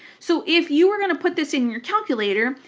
so if you were going to put this in your calculator,